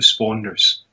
responders